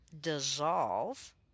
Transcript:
dissolve